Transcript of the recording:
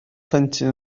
plentyn